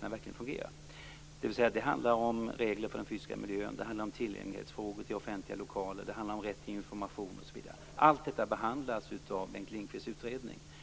verkligen fungerar. Det handlar om regler för den fysiska miljön, tillgängligheten till offentliga lokaler, rätt till information osv. Allt detta behandlas i Bengt Lindqvists utredning.